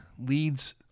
leads